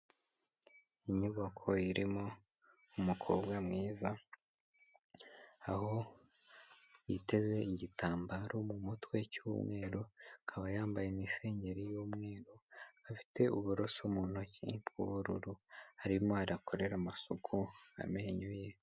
Inyubako irimo umukobwa mwiza, aho yiteze igitambaro mu mutwe cy'umweru, akaba yambaye n'isengeri y'umweru, afite uburoso mu ntoki bw'ubururu, arimo arakorera amasuku amenyo ye.